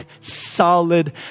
solid